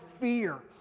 fear